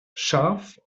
scharf